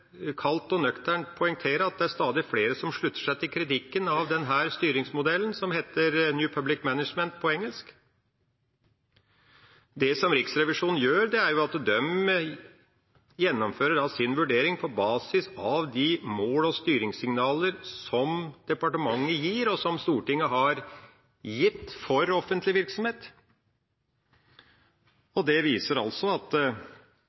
og nøkternt poengtere at det er stadig flere som slutter seg til kritikken av den styringsmodellen som på engelsk heter New Public Management. Det Riksrevisjonen gjør, er at de gjennomfører sin vurdering på basis av de mål og styringssignaler som Stortinget og departementet har gitt for offentlig virksomhet. Det viser at